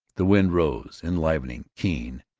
the wind rose, enlivening, keen,